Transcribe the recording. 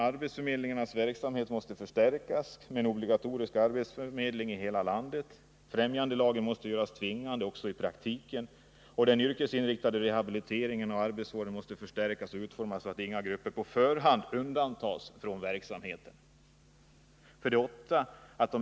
Arbetsförmedlingarnas verksamhet måste förstärkas. Obligatorisk arbetsförmedling bör genomföras i hela landet. Främjandelagen måste göras tvingande också i praktiken. Den yrkesinriktade rehabiliteringen och arbetsvården måste förstärkas och utformas så att inga grupper på förhand undantas från verksamheten. 8.